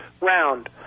round